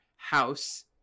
House